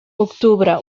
octubre